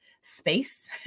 space